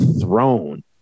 throne